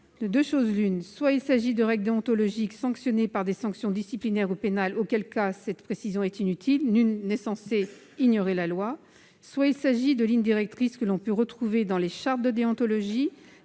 De deux choses l'une : soit il s'agit de règles déontologiques dont le non-respect entraînerait des sanctions disciplinaires ou pénales, auquel cas cette précision est inutile- nul n'est censé ignorer la loi -; soit il s'agit des lignes directrices que l'on peut trouver dans les chartes de déontologie